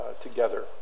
together